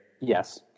Yes